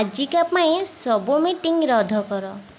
ଆଜିକା ପାଇଁ ସବୁ ମିଟିଂ ରଦ୍ଦ କର